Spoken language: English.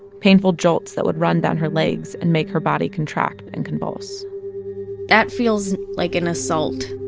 painful jolts that would run down her legs and make her body contract and convulse that feels like an assault.